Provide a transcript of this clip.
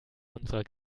unserer